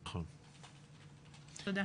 תודה.